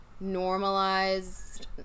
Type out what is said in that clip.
normalized